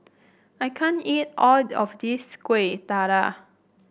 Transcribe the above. I can't eat all of this Kueh Dadar